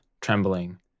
trembling